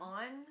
on